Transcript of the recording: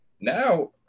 Now